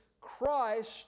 Christ